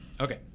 Okay